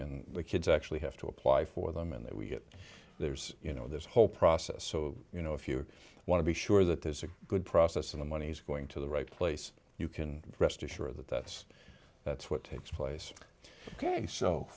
and the kids actually have to apply for them and that we get there's you know this whole process so you know if you want to be sure that there's a good process in the money's going to the right place you can rest assure that that's that's what takes place